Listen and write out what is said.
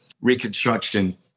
Reconstruction